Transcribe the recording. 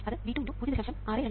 അത് V2 x 0